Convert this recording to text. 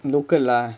local lah